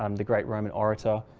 um the great roman orator,